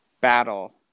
battle